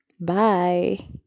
Bye